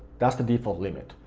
that's the default limit.